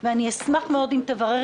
אני רוצה לחזור ולומר,